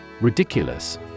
Ridiculous